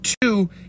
two